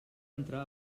entrà